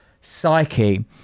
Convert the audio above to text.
psyche